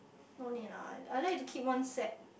no need lah I like to keep one set